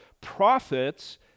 prophets